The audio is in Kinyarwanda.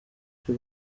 cyo